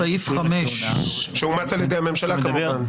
סעיף 5. שאומץ על ידי הממשלה כמובן.